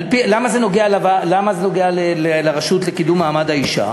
למה זה נוגע לרשות לקידום מעמד האישה?